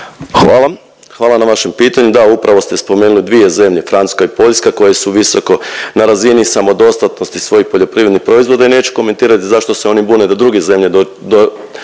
hvala na vašem pitanju. Da upravo ste spomenuli dvije zemlje Francuska i Poljska koje su visoko na razini samodostatnosti svojih poljoprivrednih proizvoda i neću komentirati zašto se oni bune da druge zemlje